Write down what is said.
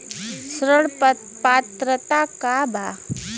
ऋण पात्रता का बा?